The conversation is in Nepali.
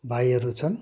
भाइहरू छन्